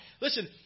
Listen